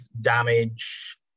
damage